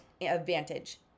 advantage